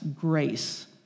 grace